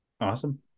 Awesome